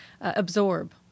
absorb